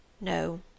No